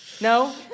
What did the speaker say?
No